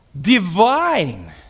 divine